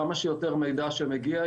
כמה יותר מידע שמגיע,